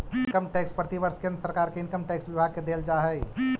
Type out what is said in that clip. income tax प्रतिवर्ष केंद्र सरकार के इनकम टैक्स विभाग के देल जा हई